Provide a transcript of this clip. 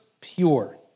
pure